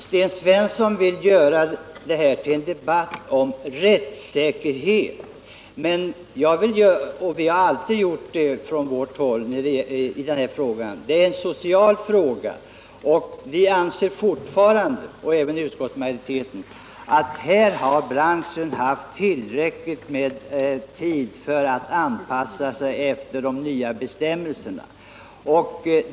Sten Svensson vill göra det här till en debatt om rättssäkerhet, men jag vill hävda — och det har vi på vårt håll alltid gjort i den här frågan — att det är en social fråga. Vi, och även utskottsmajoriteten, anser fortfarande att branschen har haft tillräcklig tid för att kunna anpassa sig efter de nya bestämmelserna.